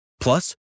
Plus